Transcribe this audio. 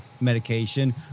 medication